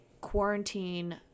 quarantine